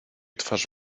twarz